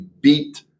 beat